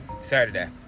Saturday